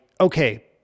okay